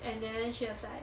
and then she was like